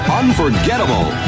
unforgettable